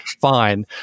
fine